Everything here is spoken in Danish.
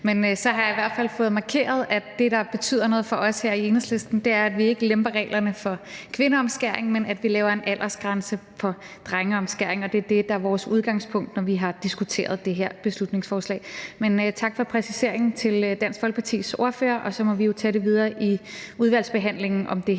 Men så har jeg i hvert fald fået markeret, at det, der betyder noget for os her i Enhedslisten, er, at vi ikke lemper reglerne for kvindeomskæring, men at vi laver en aldersgrænse for drengeomskæring, og det er det, der er vores udgangspunkt, når vi har diskuteret det her beslutningsforslag. Men tak til Dansk Folkepartis ordfører for præciseringen. Så må vi jo tage det her borgerforslag videre i udvalgsbehandlingen. Kl.